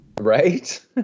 Right